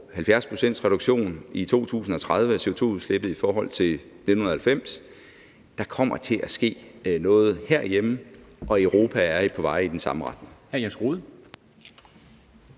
70-procentsreduktion i 2030 af CO2-udslippet i forhold til 1990. Der kommer til at ske noget herhjemme, og Europa er på vej i den samme retning.